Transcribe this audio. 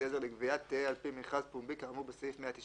עזר לגבייה תהא על פי מכרז פומבי כאמור בסעיף 197."